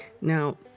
Now